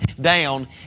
down